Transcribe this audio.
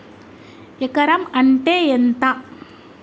ఎకరం అంటే ఎంత?